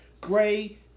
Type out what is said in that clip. gray